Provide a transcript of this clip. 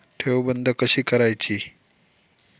ठेव बंद कशी करायची?